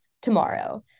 tomorrow